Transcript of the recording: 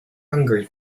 hungry